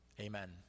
Amen